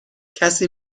کسی